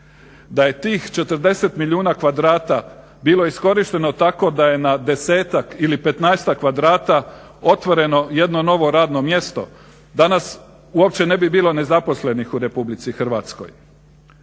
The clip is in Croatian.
Da je tih 40 milijuna kvadrata bilo iskorišteno tako da je na desetak ili petnaestak kvadrata otvoreno jedno novo radno mjesto danas uopće ne bi bilo nezaposlenih u RH. Očito